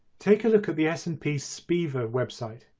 take a look at the s and p spiva website.